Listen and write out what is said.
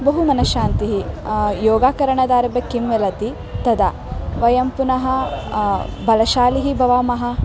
बहु मनश्शान्तिः योगाकरणादारभ्य किं मिलति तदा वयं पुनः बलशालिनः भवामः